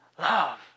love